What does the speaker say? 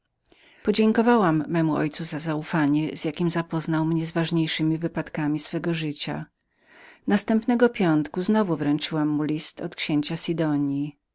memu ojcu za zaufanie z jakiem oznajomił mnie z ważniejszemi wypadkami swego życia następnego piątku znowu wręczyłam mu list od księcia